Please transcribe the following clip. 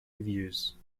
reviews